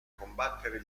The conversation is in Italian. combattere